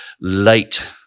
late